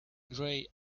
grey